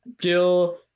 Gil